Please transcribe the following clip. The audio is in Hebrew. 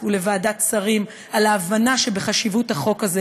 ולוועדת השרים על ההבנה של חשיבות החוק הזה,